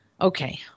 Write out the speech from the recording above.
Okay